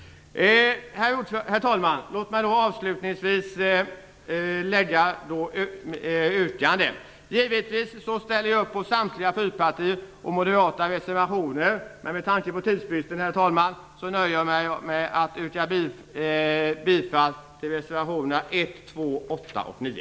Herr talman! Låt mig avslutningsvis lägga fram ett yrkande. Jag står givetvis bakom samtliga fyrpartireservationer och moderata reservationer, men med tanke på tidsbristen, herr talman, nöjer jag mig med att yrka bifall till reservationerna 1, 2, 8 och 9.